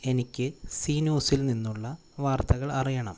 എനിക്ക് സീ ന്യൂസിൽ നിന്നുള്ള വാർത്തകൾ അറിയണം